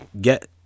get